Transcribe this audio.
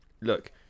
look